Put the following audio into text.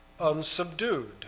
unsubdued